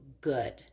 good